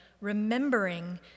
remembering